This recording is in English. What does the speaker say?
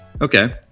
Okay